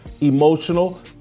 emotional